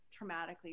traumatically